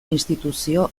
instituzio